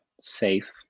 safe